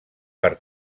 per